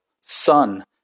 Son